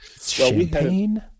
Champagne